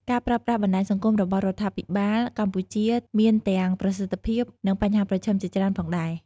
ការប្រើប្រាស់បណ្ដាញសង្គមរបស់រដ្ឋាភិបាលកម្ពុជាមានទាំង ប្រសិទ្ធភាព និងបញ្ហាប្រឈមជាច្រើនផងដែរ។